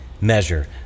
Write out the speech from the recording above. measure